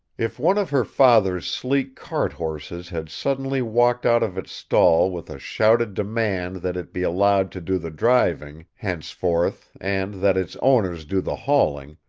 if one of her father's sleek cart horses had suddenly walked out of its stall with a shouted demand that it be allowed to do the driving, henceforth, and that its owners do the hauling,